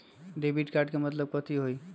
Debit card के मतलब कथी होई?